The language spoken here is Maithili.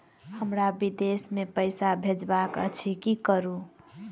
हमरा विदेश मे पैसा भेजबाक अछि की करू?